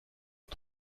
est